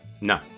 No